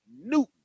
Newton